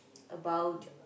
about